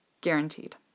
guaranteed